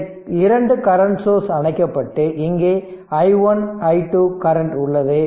இந்த 2 current source அணைக்கப்பட்டு இங்கே i1 i2 கரண்ட் உள்ளது